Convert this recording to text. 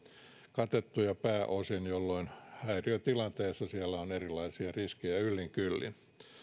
katettuja pääosin jolloin häiriötilanteessa siellä on erilaisia riskejä yllin kyllin